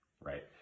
right